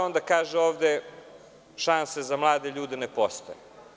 Onda se kaže – šanse za mlade ljude ne postoje.